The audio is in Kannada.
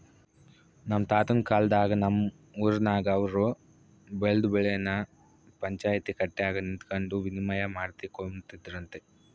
ನಮ್ ತಾತುನ್ ಕಾಲದಾಗ ನಮ್ ಊರಿನಾಗ ಅವ್ರು ಬೆಳ್ದ್ ಬೆಳೆನ ಪಂಚಾಯ್ತಿ ಕಟ್ಯಾಗ ನಿಂತಕಂಡು ವಿನಿಮಯ ಮಾಡಿಕೊಂಬ್ತಿದ್ರಂತೆ